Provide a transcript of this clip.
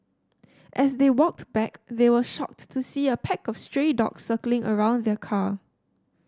as they walked back they were shocked to see a pack of stray dogs circling around the car